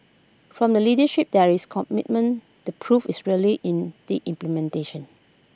from the leadership there is commitment the proof is really in the implementation